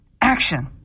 Action